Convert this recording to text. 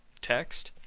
text,